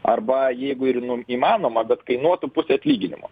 arba jeigu ir nu įmanoma bet kainuotų pusė atlyginimo